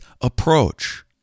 approach